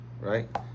right